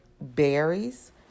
berries